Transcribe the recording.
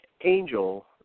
Angel